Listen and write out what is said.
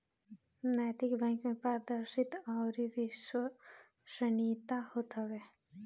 नैतिक बैंक में पारदर्शिता अउरी विश्वसनीयता होत हवे